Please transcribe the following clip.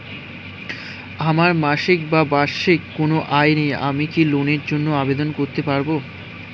আমার মাসিক বা বার্ষিক কোন আয় নেই আমি কি লোনের জন্য আবেদন করতে পারব?